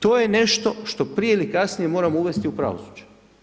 To je nešto što prije ili kasnije moramo uvesti u pravosuđe.